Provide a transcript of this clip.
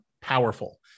powerful